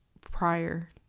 prior